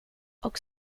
och